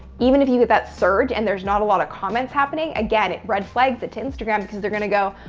even if you get that surge and there's not a lot of comments happening, again it red flags it to instagram. because they're going to go,